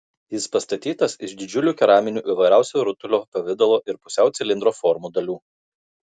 jis pastatytas iš didžiulių keraminių įvairiausių rutulio pavidalo ir pusiau cilindro formų dalių